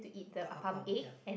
the appam ya